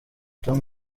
tom